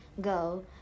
go